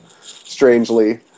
strangely